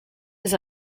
his